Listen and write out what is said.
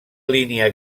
línia